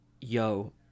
Yo